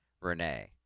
Renee